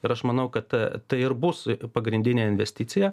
ir aš manau kad tai ir bus pagrindinė investicija